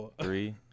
three